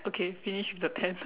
okay finish with the tenth